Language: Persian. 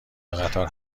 قطار